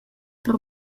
per